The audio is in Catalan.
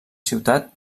ciutat